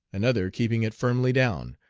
another keeping it firmly down,